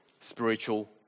spiritual